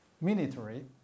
military